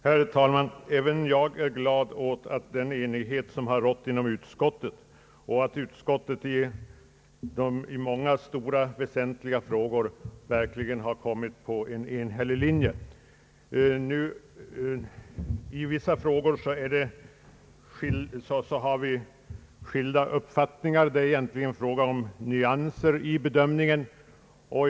Herr talman! även jag är glad åt den enighet som rått inom utskottet och att utskottet i många stora och väsentliga frågor har kommit på en enhällig linje. I vissa frågor föreligger skilda uppfattningar, men där är det egentligen fråga om nyanser i bedömningen.